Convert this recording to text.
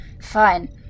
Fine